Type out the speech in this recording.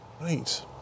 right